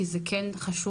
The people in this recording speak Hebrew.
כי זה כן חשוב,